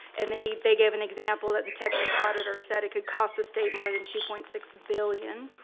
and they they gave an example that the texas auditor said it could cost the state more than two point six billion